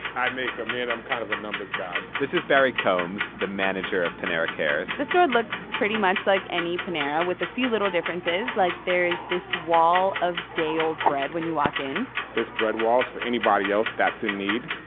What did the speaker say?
i make um them. i'm kind of a numbers guy this is barry combs, the manager of panera cares the store looks pretty much like any panera, with a few little differences, like there's this wall of day-old bread when you walk in this bread wall's for anybody else that's in need.